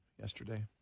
yesterday